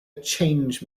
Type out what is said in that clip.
change